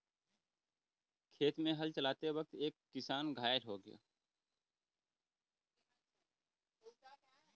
खेत में हल चलाते वक्त एक किसान घायल हो गया